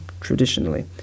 traditionally